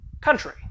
country